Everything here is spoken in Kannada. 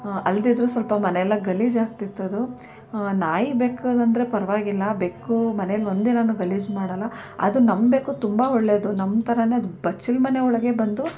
ಅಲ್ದಿದ್ದರೂ ಸ್ವಲ್ಪ ಮನೆ ಎಲ್ಲ ಗಲೀಜಾಗ್ತಿತ್ತದು ನಾಯಿ ಬೆಕ್ಕದಂದರೆ ಪರವಾಗಿಲ್ಲ ಬೆಕ್ಕು ಮನೆಯಲ್ಲಿ ಒಂದಿನವೂ ಗಲೀಜು ಮಾಡೋಲ್ಲ ಅದು ನಮ್ಮ ಬೆಕ್ಕು ತುಂಬ ಒಳ್ಳೆಯದು ನಮ್ಮ ಥರ ಅದು ಬಚ್ಚಲು ಮನೆ ಒಳಗೆ ಬಂದು